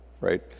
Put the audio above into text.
right